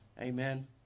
Amen